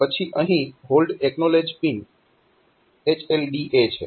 પછી અહીં hold acknowledge pin HLDA છે